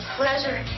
pleasure